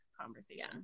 conversation